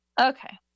Okay